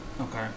Okay